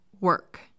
work